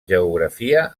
geografia